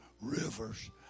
rivers